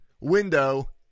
window